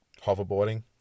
Hoverboarding